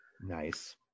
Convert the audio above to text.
nice